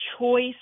choice